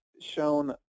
shown